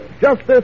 justice